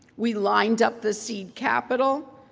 we lined up the seed capital,